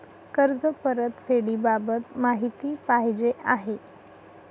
कर्ज परतफेडीबाबत माहिती पाहिजे आहे